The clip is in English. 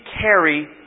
carry